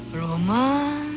romance